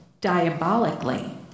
diabolically